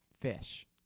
Fish